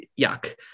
yuck